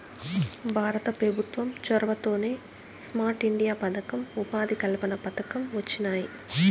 భారత పెభుత్వం చొరవతోనే స్మార్ట్ ఇండియా పదకం, ఉపాధి కల్పన పథకం వొచ్చినాయి